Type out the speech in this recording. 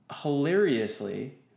hilariously